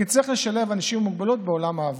צריך לשלב אנשים עם מוגבלות בעולם העבודה.